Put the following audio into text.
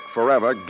Forever